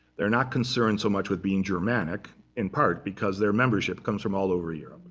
they're not concerned so much with being germanic, in part because their membership comes from all over here.